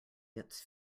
gets